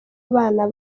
abana